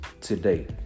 today